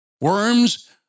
Worms